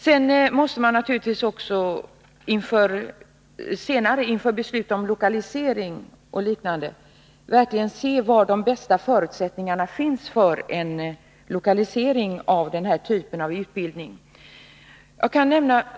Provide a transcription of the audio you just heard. Man måste också noggrant pröva var de bästa förutsättningarna finns för en lokalisering av denna typ av utbildning.